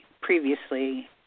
previously